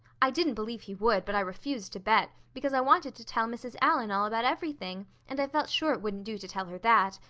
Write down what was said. i didn't believe he would, but i refused to bet, because i wanted to tell mrs. allan all about everything, and i felt sure it wouldn't do to tell her that.